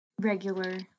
regular